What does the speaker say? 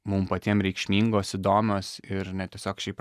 mum patiem reikšmingos įdomios ir ne tiesiog šiaip